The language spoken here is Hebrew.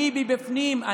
משנים מבפנים.